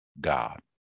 God